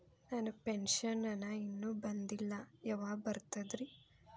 ನನ್ನ ಪೆನ್ಶನ್ ಇನ್ನೂ ಬಂದಿಲ್ಲ ಯಾವಾಗ ಬರ್ತದ್ರಿ?